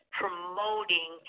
promoting